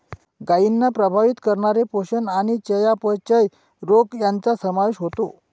गायींना प्रभावित करणारे पोषण आणि चयापचय रोग यांचा समावेश होतो